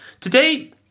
Today